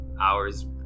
hours